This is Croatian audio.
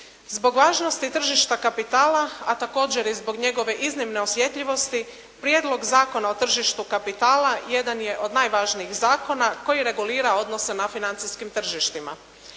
Zbog važnosti tržišta kapitala a također i zbog njegove iznimne osjetljivosti Prijedlog zakona o tržištu kapitala jedan je od najvažnijih zakona koji regulira odnose na financijskim tržištima.